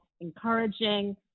encouraging